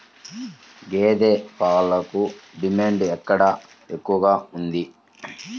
గేదె పాలకు డిమాండ్ ఎక్కడ ఎక్కువగా ఉంది?